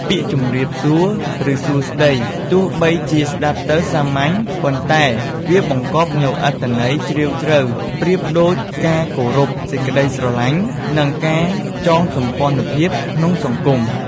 ពាក្យ “ជម្រាបសួរ” ឬ “សួស្តី” ទោះបីជាស្ដាប់ទៅសាមញ្ញ ប៉ុន្តែវាបង្កប់នូវអត្ថន័យជ្រាលជ្រៅប្រៀបដូចការគោរព សេចក្តីស្រឡាញ់ និងការចងសម្ព័ន្ធភាពក្នុងសង្គម។